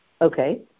Okay